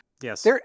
Yes